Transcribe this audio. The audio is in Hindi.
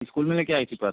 इस्कूल में लेकर आई थी पर्स